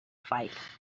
fight